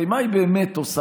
הרי מה היא באמת עושה?